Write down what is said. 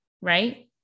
right